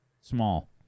Small